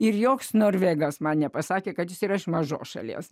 ir joks norvegas man nepasakė kad jis ir aš mažos šalies